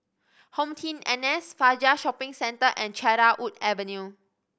HomeTeam N S Fajar Shopping Centre and Cedarwood Avenue